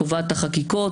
קובעת את החקיקות,